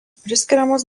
priskiriamas